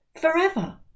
forever